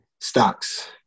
Stocks